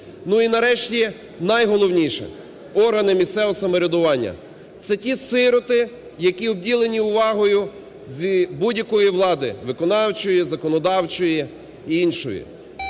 Ну і нарешті, найголовніше, органи місцевого самоврядування – це ті сироти, які обділені увагою з будь-якої влади, виконавчої, законодавчої і іншої.